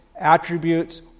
attributes